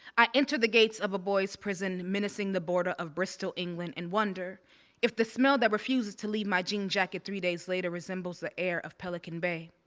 i enter the gates of a boys' prison menacing the border of bristol, england and wonder if the smell that refuses to leave my jean jacket three days later resembles the air of pelican bay.